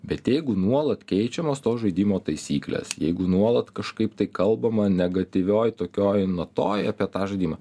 bet jeigu nuolat keičiamos to žaidimo taisyklės jeigu nuolat kažkaip tai kalbama negatyvioj tokioj natoj apie tą žaidimą